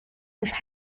des